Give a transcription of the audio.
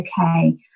okay